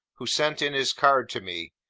who sent in his card to me,